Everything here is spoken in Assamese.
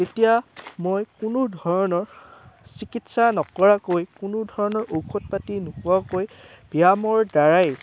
এতিয়া মই কোনো ধৰণৰ চিকিৎসা নকৰাকৈ কোনো ধৰণৰ ঔষধ পাতি নোখোৱাকৈ ব্যায়ামৰ দ্বাৰাই